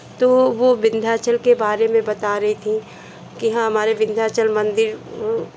तो वो विंध्याचल के बारे में बता रहीं थी कि हाँ हमारे विंध्याचल मंदिर वो